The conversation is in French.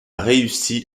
réussi